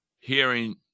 hearing